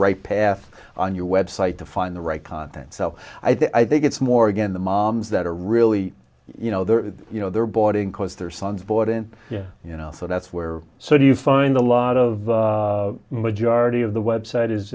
right path on your website to find the right content so i think it's more again the moms that are really you know their you know their boarding cause their sons board and yeah you know so that's where so you find a lot of majority of the website is